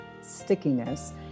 stickiness